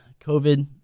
COVID